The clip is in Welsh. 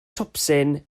twpsyn